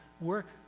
work